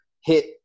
hit